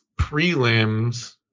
prelims